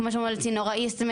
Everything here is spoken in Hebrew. כמו שאומרים על צינור האיסטמד,